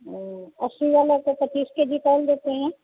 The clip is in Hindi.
वह अस्सी वाला को पचीस के जी तोल देते हैं